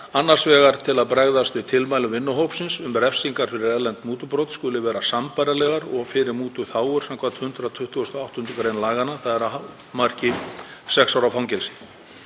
annars vegar til að bregðast við tilmælum vinnuhópsins um að refsingar fyrir erlend mútubrot skuli vera sambærilegar og fyrir mútuþágur samkvæmt 128. gr. laganna, þ.e. að hámarki sex ára fangelsi.